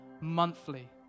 monthly